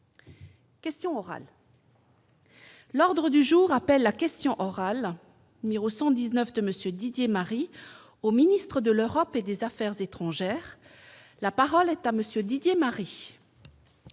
Questions orales. L'ordre du jour appelle la question orale numéro 119 de monsieur Didier Marie, au ministre de l'Europe et des Affaires étrangères, la parole est à monsieur Didier Marie.